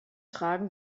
tragen